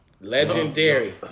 Legendary